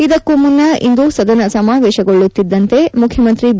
ಇದಕ್ಕೂ ಮುನ್ನ ಇಂದು ಸದನ ಸಮಾವೇಶಗೊಳ್ಳುತ್ತಿದ್ದಂತೆ ಮುಖ್ಯಮಂತ್ರಿ ಬಿ